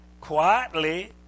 quietly